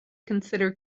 consider